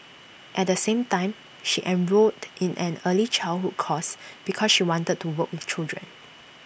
at the same time she enrolled in an early childhood course because she wanted to work with children